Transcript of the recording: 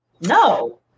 No